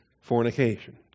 fornication